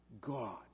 God